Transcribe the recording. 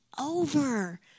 over